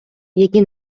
які